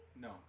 No